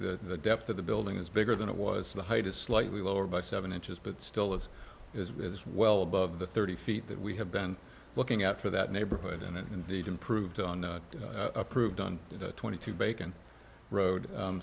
have the depth of the building is bigger than it was the height is slightly lower by seven inches but still it is well above the thirty feet that we have been looking at for that neighborhood and indeed improved on approved on twenty two bacon road